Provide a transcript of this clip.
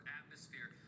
atmosphere